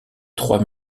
trois